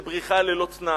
של בריחה ללא תנאי,